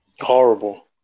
Horrible